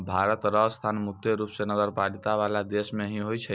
भारत र स्थान मुख्य रूप स नगरपालिका वाला देश मे ही होय छै